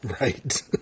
Right